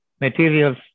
materials